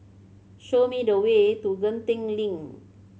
show me the way to Genting Link